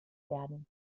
werden